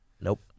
Nope